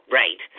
right